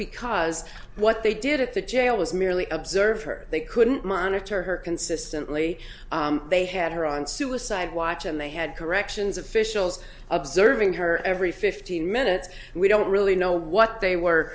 because what they did at the jail was merely observed her they couldn't monitor her consistently they had her on suicide watch and they had corrections officials observing her every fifteen minutes we don't really know what they were